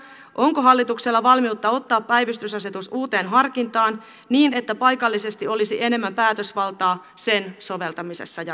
onko hallituksella valmiutta ottaa päivystysasetus uuteen harkintaan niin että paikallisesti olisi enemmän päätösvaltaa sen soveltamisessa jatkossa